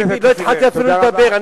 לא התחלתי עוד לדבר,